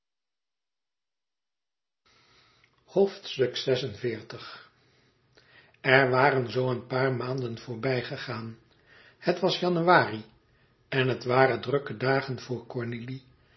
er waren zoo een paar maanden voorbij gegaan het was januari en het waren drukke dagen voor cornélie